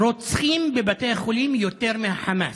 רוצחים בבתי החולים יותר מחמאס.